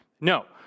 No